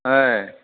ఆయ్